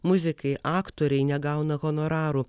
muzikai aktoriai negauna honorarų